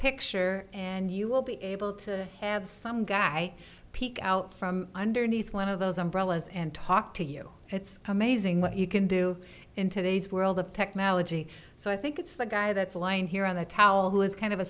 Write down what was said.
picture and you will be able to have some guy peek out from underneath one of those umbrellas and talk to you it's amazing what you can do in today's world of technology so i think it's the guy that's lying here on the towel who is kind of a